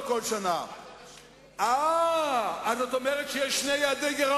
לא, אחרי זה אין כלום.